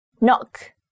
knock